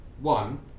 One